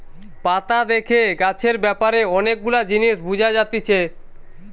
পাতা দেখে গাছের ব্যাপারে অনেক গুলা জিনিস বুঝা যাতিছে